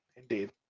Indeed